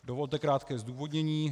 Dovolte krátké zdůvodnění.